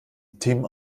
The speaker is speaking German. team